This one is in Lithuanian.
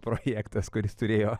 projektas kuris turėjo